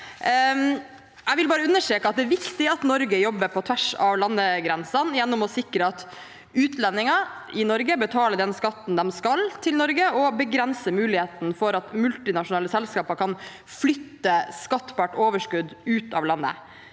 Jeg vil bare understreke at det er viktig at Norge jobber på tvers av landegrensene gjennom å sikre at utlendinger i Norge betaler den skatten de skal til Norge, og begrenser muligheten for at multinasjonale selskaper kan flytte skattbart overskudd ut av landet.